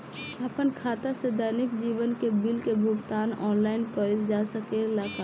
आपन खाता से दैनिक जीवन के बिल के भुगतान आनलाइन कइल जा सकेला का?